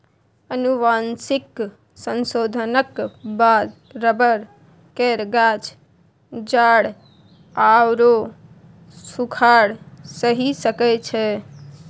आनुवंशिक संशोधनक बाद रबर केर गाछ जाड़ आओर सूखाड़ सहि सकै छै